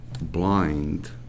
blind